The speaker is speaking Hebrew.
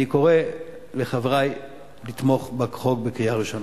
אני קורא לחברי לתמוך בחוק בקריאה ראשונה.